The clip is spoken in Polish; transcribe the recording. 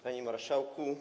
Panie Marszałku!